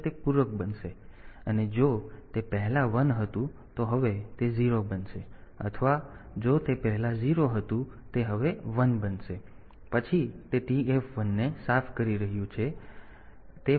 તેથી તે પૂરક બનશે અને જો તે પહેલા 1 હતું તો હવે તે 0 બનશે અથવા જો તે પહેલા 0 હતું તે હવે 1 બનશે પછી તે TF1 ને સાફ કરી રહ્યું છે અને તે છે